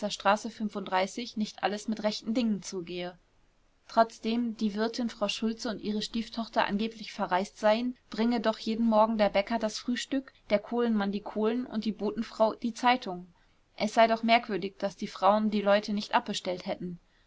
straße nicht alles mit rechten dingen zugehe trotzdem die wirtin frau schultze und ihre stieftochter angeblich verreist seien bringe doch jeden morgen der bäcker das frühstück der kohlenmann die kohlen und die botenfrau die zeitungen es sei doch merkwürdig daß die frauen die leute nicht abbestellt hätten